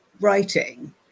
writing